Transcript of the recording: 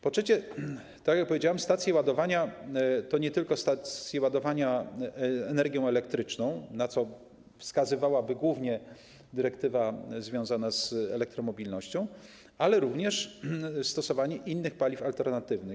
Po trzecie, tak jak powiedziałem, stacje ładowania to nie tylko stacje ładowania energią elektryczną, na co wskazywałaby głównie dyrektywa związana z elektromobilnością, ale również stosowanie innych paliw alternatywnych.